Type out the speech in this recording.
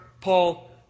Paul